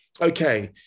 okay